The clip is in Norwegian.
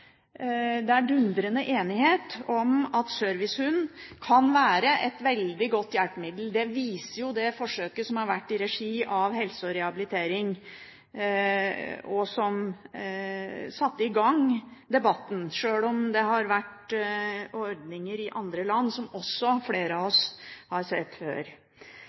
dundrende enighet om at servicehund kan være et veldig godt hjelpemiddel. Det viser jo det forsøket som har vært i regi av Helse og rehabilitering, og som satte i gang debatten, selv om det har vært ordninger i andre land, som også flere av oss har sett før.